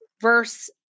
verse